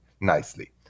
nicely